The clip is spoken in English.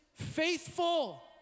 faithful